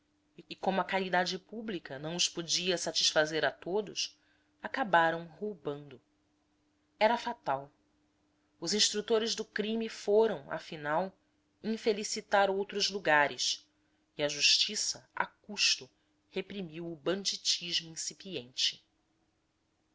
e como a caridade pública não os podia satisfazer a todos acabaram roubando era fatal os instrutores do crime foram afinal infelicitar outros lugares e a justiça a custo reprimiu o banditismo incipiente